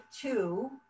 two